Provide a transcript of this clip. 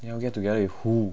you want get together with who